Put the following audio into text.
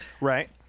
Right